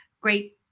great